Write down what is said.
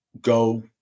go